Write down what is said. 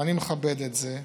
ואני מכבד את זה.